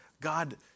God